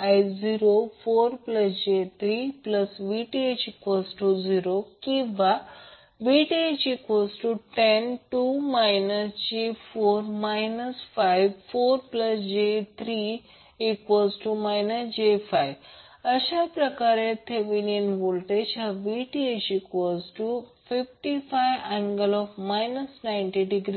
5I04j3VTh0 किंवा VTh102 j4 54j3 j55 अशाप्रकारे थेवेनीण व्होल्टेज हा VTh55∠ 90V